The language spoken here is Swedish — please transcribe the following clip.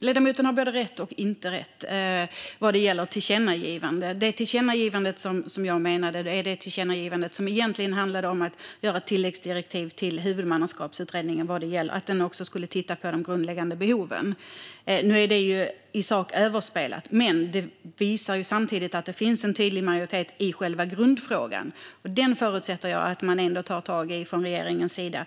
Ledamoten har både rätt och inte rätt vad gäller tillkännagivanden. Det tillkännagivande som jag menade handlade egentligen om ett tilläggsdirektiv till Huvudmannaskapsutredningen, om att den också skulle titta på de grundläggande behoven. Nu är det överspelat i sak. Men det visar samtidigt att det finns en tydlig majoritet när det gäller själva grundfrågan. Den förutsätter jag att regeringen tar tag i.